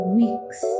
weeks